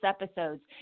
episodes